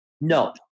no